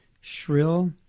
shrill